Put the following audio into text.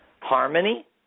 harmony